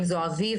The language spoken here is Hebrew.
אם זו אביבה,